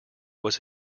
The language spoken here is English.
was